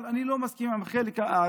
אבל אני לא מסכים עם החלק השני.